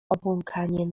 obłąkanie